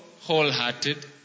wholehearted